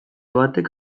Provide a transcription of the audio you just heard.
batek